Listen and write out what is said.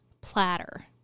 platter